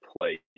play